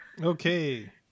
Okay